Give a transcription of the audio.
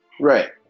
right